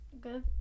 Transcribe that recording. Good